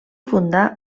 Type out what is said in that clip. fundà